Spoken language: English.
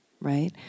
right